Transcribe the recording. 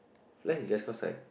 you like his dress code eh